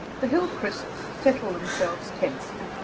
the hillcrists settle themselves tensely.